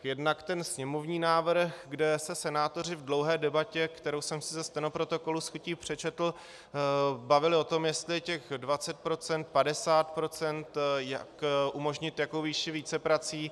Jednak sněmovní návrh, kde se senátoři v dlouhé debatě, kterou jsem si ze stenoprotokolu s chutí přečetl, bavili o tom, jestli 20 %, 50 %, umožnit jakou výši víceprací.